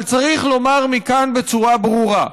אבל צריך לומר מכאן בצורה ברורה: